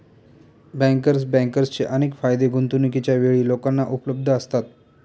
banker बँकर्सचे अनेक फायदे गुंतवणूकीच्या वेळी लोकांना उपलब्ध असतात